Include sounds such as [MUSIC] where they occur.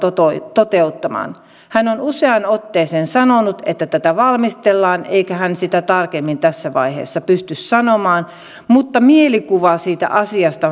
toteuttamaan hän on useaan otteeseen sanonut että tätä valmistellaan eikä hän sitä tarkemmin tässä vaiheessa pysty sanomaan mutta se mielikuva siitä asiasta [UNINTELLIGIBLE]